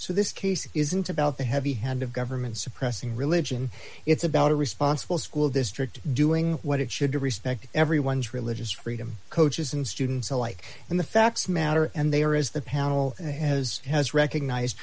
so this case isn't about the heavy hand of government suppressing religion it's about a responsible school district doing what it should to respect everyone's religious freedom coaches and students alike and the facts matter and they are as the panel has has recognized